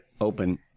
open